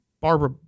Barbara